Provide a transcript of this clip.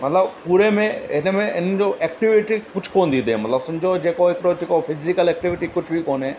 मतिलबु पूरे में हिन में हिननि जो एक्टिविटी कुझु कोन थी थिए मतिलबु सम्झो जेको हिकिड़ो फिज़िकल एक्टिविटी कुझु बि कोन्हे